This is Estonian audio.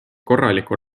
korraliku